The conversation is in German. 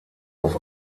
auf